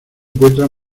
encuentra